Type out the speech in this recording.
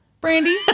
Brandy